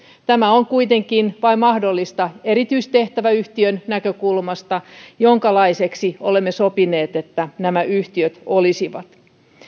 tämä on kuitenkin mahdollista vain erityistehtäväyhtiön näkökulmasta jonkalaisia niin olemme sopineet nämä yhtiöt olisivat